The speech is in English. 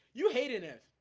you hated it.